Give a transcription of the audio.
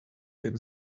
can